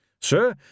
Sir